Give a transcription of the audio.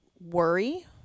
worry